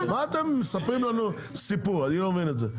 מה אתם מספרים לנו סיפור אני לא מבין את זה?